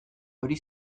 hori